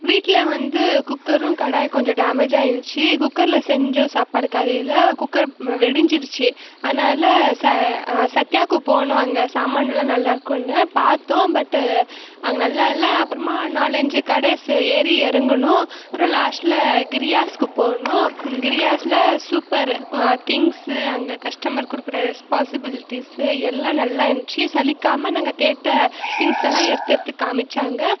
வீட்டில வந்து குக்கரும் கடாய் கொஞ்சம் டேமேஜாக இருந்துச்சி குக்கரில் செஞ்சோம் சாப்பாடு காலையில குக்கர் வெடிஞ்சுருச்சி அதனால் ச சத்யாவுக்குப் போனோம் அங்கே சாமானெலாம் நல்லா இருக்குதுன்னு பார்த்தோம் பட்டு அங்கே நல்லா இல்லை அப்புறமா நாலஞ்சு கடை ஏறி இறங்குனோம் அப்புறம் லாஸ்டில் கிரியாஸ்க்கு போனோம் கிரியாஸில் சூப்பரு திங்க்ஸு அங்கே கஸ்டமர் கொடுக்குற ரெஸ்பான்ஷிபிலிட்டிஸு எல்லாம் நல்லா இருந்துச்சி சலிக்காமல் நாங்கள் கேட்ட திங்க்ஸ் எல்லாம் எடுத்து எடுத்து காமித்தாங்க